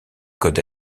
code